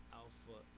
alpha